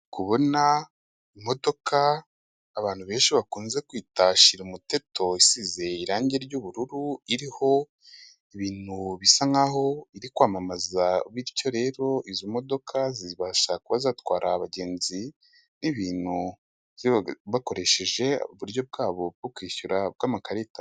Ndi kubona imodoka abantu benshi bakunze kwita shira umuteto, isize irange ry'ubururu iriho ibintu bisa nkaho iri kwamamaza, bityo rero izi modoka zibasha kuba zatwara abagenzi, n'ibintu byabaga bakoresheje uburyo bwabo bwo kwishyura bw'amakarita.